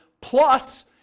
plus